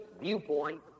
viewpoint